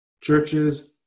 Churches